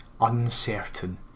uncertain